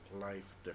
life